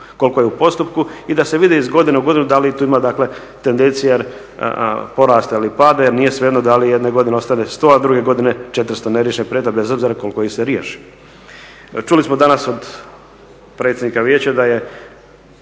koliko je u postupku i da se vidi iz godine u godinu da li tu ima, dakle tendencija porasta ili pada. Jer nije svejedno da li jedne ostane sto, a druge godine četiristo neriješenih predmeta bez obzira koliko ih se riješi. Čuli smo danas od predsjednika Vijeća da je,